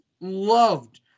loved